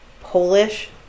Polish